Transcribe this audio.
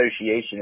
association